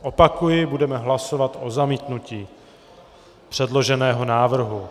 Opakuji, budeme hlasovat o zamítnutí předloženého návrhu.